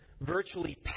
Virtually